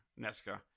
Nesca